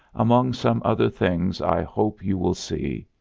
among some other things i hope you will see,